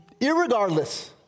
irregardless